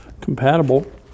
compatible